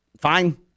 Fine